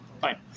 Fine